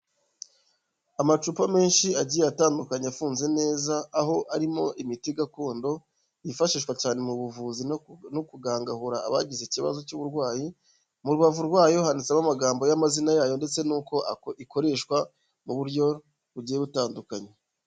Amacupa menshi agiye atandukanye afunze neza, aho arimo imiti gakondo, yifashishwa cyane mu buvuzi no kugangahura abagize ikibazo cy'uburwayi, mu rubavu rwayo handitsemo amagambo y'amazina yayo ndetse n'uko ikoreshwa mu buryo bugiye butandukanye.